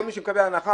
כל מי שמקבל הנחה,